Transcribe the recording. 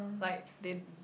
like they